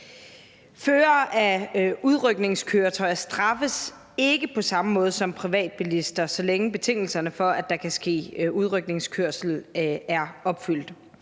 Førere af udrykningskøretøjer straffes ikke på samme måde som privatbilister, så længe betingelserne, for at der kan ske udrykningskørsel, er opfyldt.